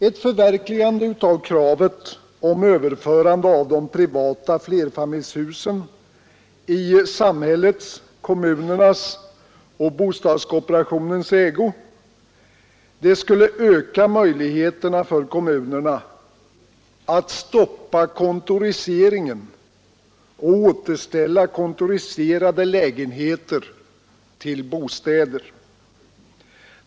Ett förverkligande av kravet på överförande av de privata flerfamiljshusen i samhällets — kommunernas och bostadskooperationens — ägo skulle öka möjligheterna för kommunerna att stoppa kontoriseringen och återställa kontoriserade lägenheter till bostäder.